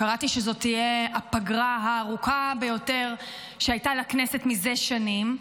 קראתי שזאת תהיה הפגרה הארוכה ביותר שהייתה לכנסת מזה שנים,